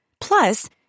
Plus